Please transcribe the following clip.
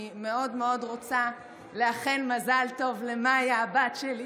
אני מאוד מאוד רוצה לאחל מזל טוב למיה, הבת שלי,